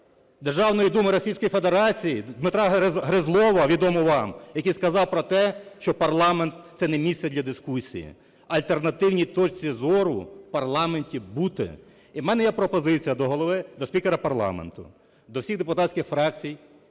Федерації Дмитра Гризлова, відомого вам, який сказав про те, що парламент – це не місце для дискусії. Альтернативній точці зору в парламенті бути! І в мене є пропозиція до голови… до спікера парламенту, до всіх депутатських фракцій